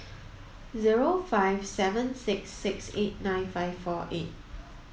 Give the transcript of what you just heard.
zero five seven six six eight nine five four eight